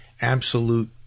absolute